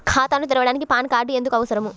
ఖాతాను తెరవడానికి PAN card ఎందుకు అవసరము?